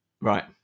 Right